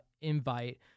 invite